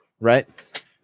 right